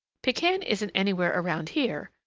pekan isn't anywhere around here,